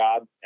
job